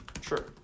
sure